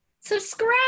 Subscribe